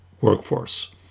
workforce